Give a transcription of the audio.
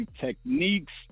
techniques